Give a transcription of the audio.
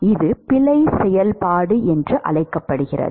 இது பிழை செயல்பாடு என்று அழைக்கப்படுகிறது